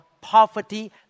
poverty